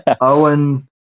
Owen